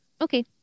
okay